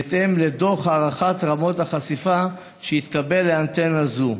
בהתאם לדוח הערכת רמות החשיפה שהתקבל לאנטנה זו,